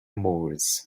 moors